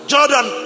Jordan